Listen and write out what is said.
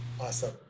Awesome